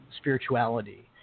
spirituality